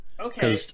Okay